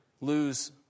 lose